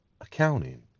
accounting